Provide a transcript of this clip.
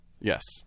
yes